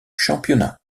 championnat